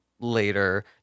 later